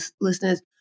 listeners